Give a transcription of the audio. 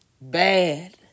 Bad